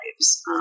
lives